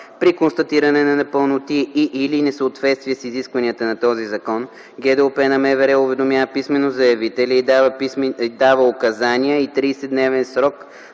При констатиране на непълноти и/или несъответствия с изискванията на този закон ГДОП на МВР уведомява писмено заявителя и дава указания и 30-дневен срок